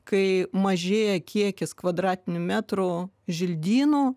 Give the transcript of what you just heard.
kai mažėja kiekis kvadratinių metrų želdynų